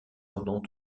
pendant